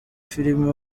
filime